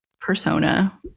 persona